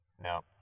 No